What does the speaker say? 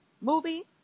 movie